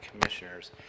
Commissioners